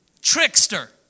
trickster